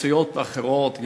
נוצריות ואחרות,